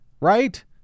Right